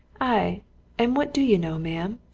ay and what do you know, ma'am?